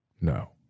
no